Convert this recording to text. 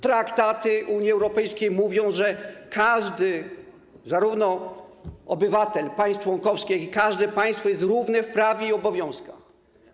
Traktaty Unii Europejskiej mówią, że każdy, zarówno obywatel państw członkowskich, jak i każde państwo, jest równy w prawie i obowiązkach.